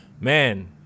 man